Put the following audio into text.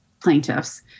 plaintiffs